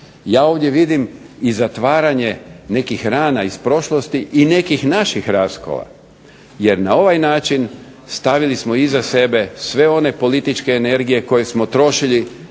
ja ovdje vidim i zatvaranje nekih rana iz prošlosti i nekih naših raskola, jer na ovaj način stavili smo iza sebe sve one političke energije koje smo trošili